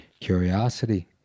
Curiosity